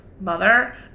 mother